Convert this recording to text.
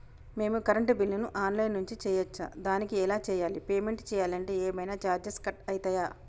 మేము కరెంటు బిల్లును online నుంచి చేయచ్చా? దానికి ఎలా చేయాలి? పేమెంట్ చేయాలంటే ఏమైనా చార్జెస్ కట్ అయితయా?